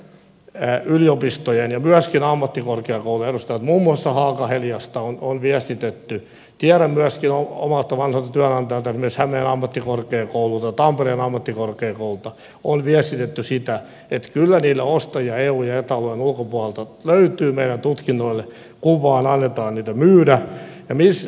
monet yliopistojen ja myöskin ammattikorkeakoulujen edustajat viestittävät muun muassa haaga heliasta on viestitetty ja tiedän että myöskin omilta vanhoilta työnantajiltani hämeen ammattikorkeakoululta tampereen ammattikorkeakoululta on viestitetty että kyllä niitä ostajia eu ja eta alueen ulkopuolelta löytyy meidän tutkinnoillemme kun vain annetaan niitä myydä